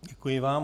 Děkuji vám.